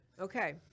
Okay